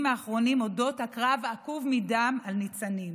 האחרונים על אודות הקרב העקוב מדם על ניצנים.